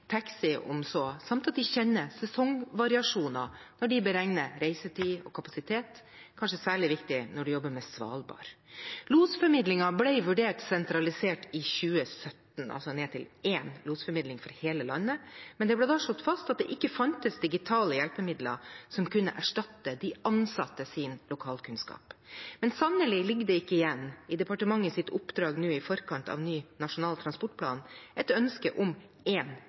taxi om så det gjelder, og de kjenner sesongvariasjoner når de beregner reisetid og kapasitet. Det er kanskje særlig viktig når man jobber med Svalbard. Losformidlingen ble vurdert sentralisert i 2017 – altså ned til én losformidling for hele landet – men det ble da slått fast at det ikke fantes digitale hjelpemidler som kunne erstatte de ansattes lokalkunnskap. Men sannelig ligger det ikke nå igjen, i departementets oppdrag i forkant av ny Nasjonal transportplan, et ønske om